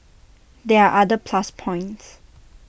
there are other plus points